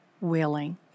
willing